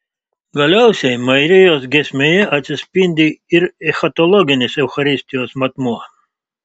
galiausiai marijos giesmėje atsispindi ir eschatologinis eucharistijos matmuo